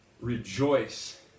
rejoice